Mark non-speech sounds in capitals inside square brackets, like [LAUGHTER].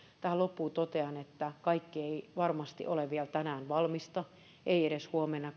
tähän loppuun totean että kaikki ei varmasti ole vielä tänään valmista ei edes huomenna [UNINTELLIGIBLE]